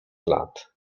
lat